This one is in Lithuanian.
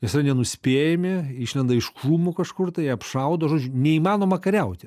nes yra nenuspėjami išlenda iš krūmų kažkur tai apšaudo žodžiu neįmanoma kariauti